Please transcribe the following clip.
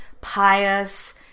Pious